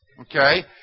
Okay